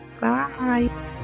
Bye